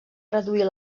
reduir